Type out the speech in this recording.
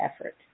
effort